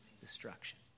destruction